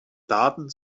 daten